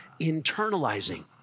internalizing